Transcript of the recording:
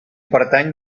pertany